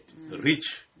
rich